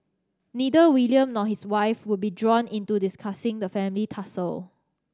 neither William nor his wife would be drawn into discussing the family tussle